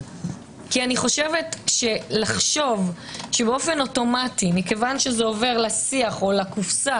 כי לחשוב באופן אוטומטי שכיוון שזה עובר לשיח או לקופסה